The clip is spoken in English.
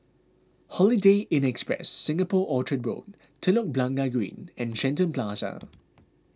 Holiday Inn Express Singapore Orchard Road Telok Blangah Green and Shenton Plaza